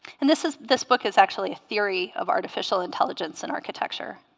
and this is this book is actually a theory of artificial intelligence in architecture